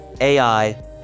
AI